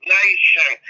nation